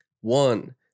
one